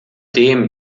dem